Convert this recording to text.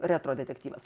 retro detektyvas